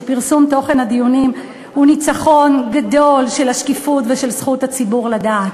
שפרסום תוכן הדיונים הוא ניצחון גדול של השקיפות ושל זכות הציבור לדעת.